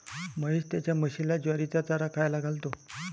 महेश त्याच्या म्हशीला ज्वारीचा चारा खायला घालतो